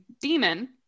demon